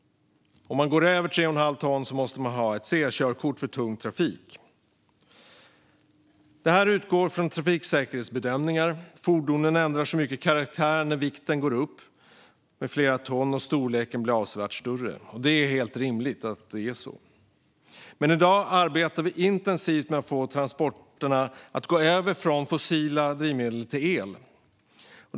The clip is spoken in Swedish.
Om man går över 3,5 ton måste man dock ha ett C-körkort för tung trafik. Det här utgår från trafiksäkerhetsbedömningar. Fordonen ändrar mycket karaktär när vikten går upp med flera ton, och storleken blir avsevärt större. Detta är helt rimligt. Men i dag arbetar vi intensivt med att få transporterna att gå över från fossila drivmedel till el.